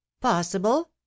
possible